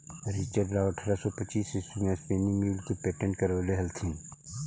Richard Robert अट्ठरह सौ पच्चीस ईस्वी में स्पीनिंग म्यूल के पेटेंट करवैले हलथिन